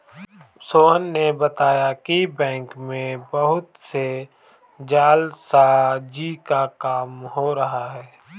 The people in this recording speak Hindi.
सोहन ने बताया कि बैंक में बहुत से जालसाजी का काम हो रहा है